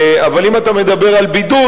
אבל אם אתה מדבר על בידוד,